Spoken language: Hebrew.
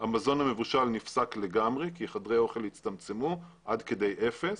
המזון המבושל נפסק לגמרי כי חדרי האוכל הצטמצמו עד כדי אפס.